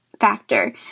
factor